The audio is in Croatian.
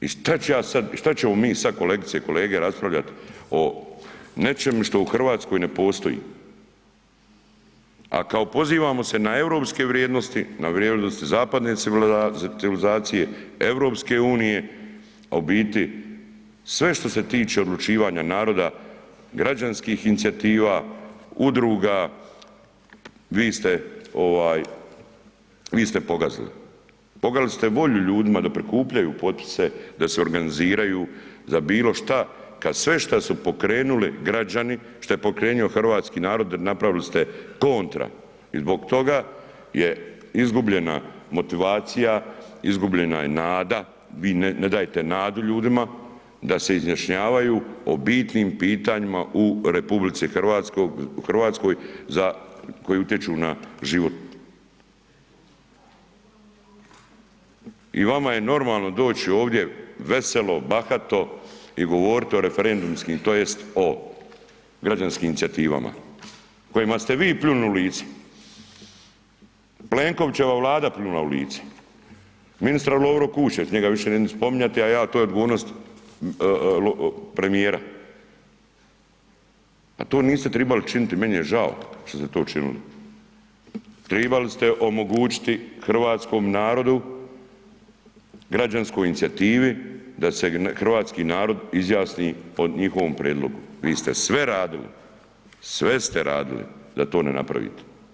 I šta ću ja sad i šta ćemo mi sad kolegice i kolege raspravljat o nečem što u RH ne postoji, a kao pozivamo se na europske vrijednosti, na vrijednosti zapadne civilizacije, EU, a u biti sve što se tiče odlučivanja naroda, građanskih inicijativa, udruga, vi ste ovaj, vi ste pogazili, pogazili ste volju ljudima da prikupljaju potpise, da se organiziraju za bilo šta, kad sve šta su pokrenuli građani, šta je pokrenuo hrvatski narod, napravili ste kontra i zbog toga je izgubljena motivacija, izgubljena je nada, vi ne, ne dajte nadu ljudima da se izjašnjavaju o bitnim pitanjima u RH za, koji utječu na život i vama je normalno doći ovdje veselo, bahato i govoriti o referendumskim tj. o građanskim inicijativama, kojima ste vi pljunuli u lice, Plenkovićeva Vlada pljunula u lice, ministar Lovro Kuščević njega više neću ni spominjati, a ja, to je odgovornost premijera, a to niste tribali činiti, meni je žao što ste to činili, tribali ste omogućiti hrvatskom narodu, građanskoj inicijativi, da se hrvatski narod izjasni po njihovom prijedlogu, vi ste sve radili, sve ste radili da to ne napravite.